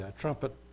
trumpet